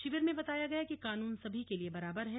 शिविर में बताया गया कि कानून सभी के लिए बराबर है